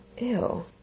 Ew